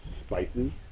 spices